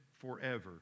forever